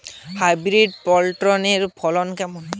Hybrid পটলের ফলন কেমন?